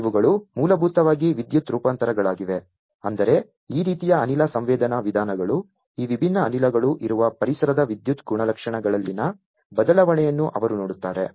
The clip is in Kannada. ಇವುಗಳು ಮೂಲಭೂತವಾಗಿ ವಿದ್ಯುತ್ ರೂಪಾಂತರಗಳಾಗಿವೆ ಅಂದರೆ ಈ ರೀತಿಯ ಅನಿಲ ಸಂವೇದನಾ ವಿಧಾನಗಳು ಈ ವಿಭಿನ್ನ ಅನಿಲಗಳು ಇರುವ ಪರಿಸರದ ವಿದ್ಯುತ್ ಗುಣಲಕ್ಷಣಗಳಲ್ಲಿನ ಬದಲಾವಣೆಯನ್ನು ಅವರು ನೋಡುತ್ತಾರೆ